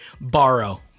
borrow